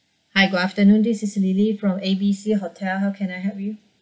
hi good afternoon this is lily from A B C hotel how can I help you